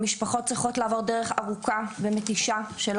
) הם